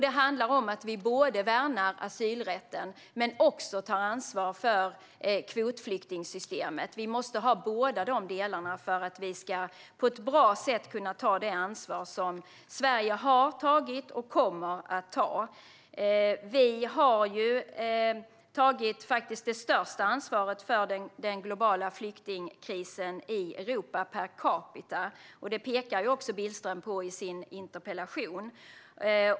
Det handlar också om att vi vill värna om asylrätten och ta ansvar för kvotflyktingsystemet. Vi måste ha båda dessa delar för att vi på ett bra sätt ska kunna fortsätta att ta det ansvar som Sverige har tagit och kommer att ta. Vi har faktiskt tagit det största ansvaret för den globala flyktingkrisen i Europa per capita. Det pekar också Billström på i sin interpellation.